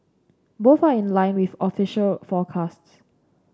both are in line with official forecasts